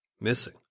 missing